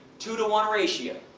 two to one ratio,